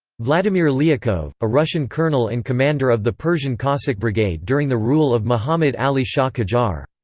vladimir liakhov a russian colonel and commander of the persian cossack brigade during the rule of mohammad ali shah qajar.